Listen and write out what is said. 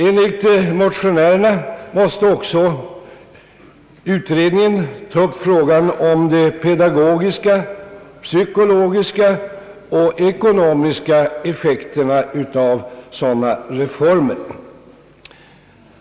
Enligt motionärerna måste utredningen ta upp frågan om de pedagogiska, psykologiska och ekonomiska effekterna av sådana reformer.